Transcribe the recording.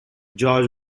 george